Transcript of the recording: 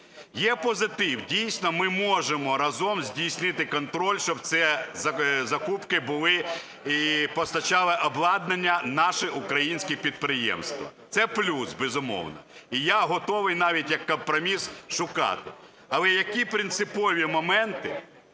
Є позитив, дійсно, ми можемо разом здійснити контроль, щоб ці закупки були і постачали обладнання наші українські підприємства. Це плюс, безумовно, і я готовий навіть компроміс шукати. Але які принципові моменти